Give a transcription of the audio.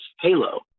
Halo